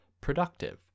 productive